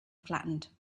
flattened